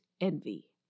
envy